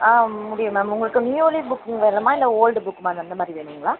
ஆ முடியும் மேம் உங்களுக்கு newly book வேணுமா இல்லை ஓல்ட் புக் மாதி அந்த மாதிரி வேணுங்களா